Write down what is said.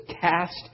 cast